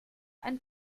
ein